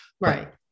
Right